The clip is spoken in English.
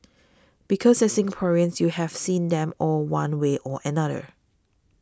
because as Singaporeans you have seen them all one way or another